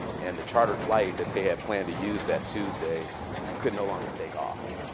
and the chartered flight that they had planned to use that tuesday could no longer take off.